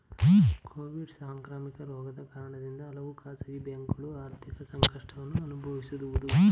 Covid ಸಾಂಕ್ರಾಮಿಕ ರೋಗದ ಕಾರಣದಿಂದ ಹಲವು ಖಾಸಗಿ ಬ್ಯಾಂಕುಗಳು ಆರ್ಥಿಕ ಸಂಕಷ್ಟವನ್ನು ಅನುಭವಿಸಿದವು